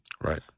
Right